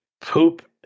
poop